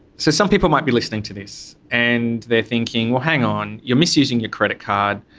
so some people might be listening to this and they're thinking well, hang on, you're misusing your credit card.